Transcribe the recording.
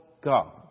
God